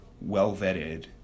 well-vetted